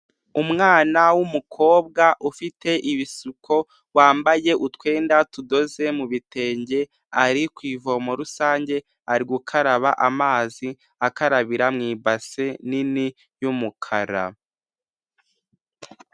Umwana w'umukobwa ufite ibisuko wambaye utwenda tudoze mu bitenge, ari ku ivomo rusange ari gukaraba amazi akarabira mu ibase nini y'umukara.